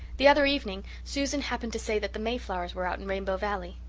the other evening susan happened to say that the mayflowers were out in rainbow valley.